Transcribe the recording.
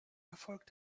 erfolg